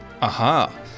Aha